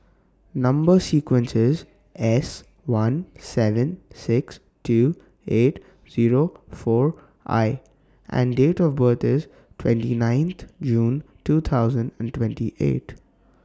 Number sequence IS S one seven six two eight Zero four I and Date of birth IS twenty nine June two thousand and twenty eight